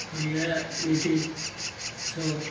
reality show